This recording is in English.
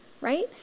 right